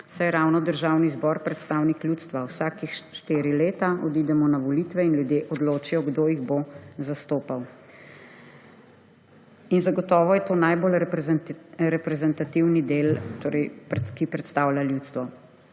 saj je ravno Državni zbor predstavnih ljudstva. Vsake štiri leta odidemo na volitve in ljudje odločijo, kdo jih bo zastopal. Zagotovo je to najbolj reprezentativni del, ki predstavlja ljudstvo.